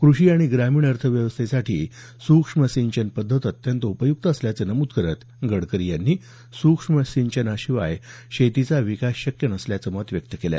क्रषी आणि ग्रामीण अर्थव्यवस्थेसाठी सूक्ष्म सिंचन पद्धत अत्यंत उपयुक्त असल्याचं नमूद करत गडकरी यांनी सूक्ष्म सिंचनाशिवाय शेतीचा विकास शक्य नसल्याचं मत व्यक्त केलं